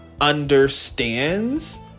understands